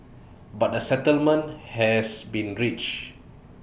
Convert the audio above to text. but A settlement has been reached